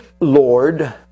Lord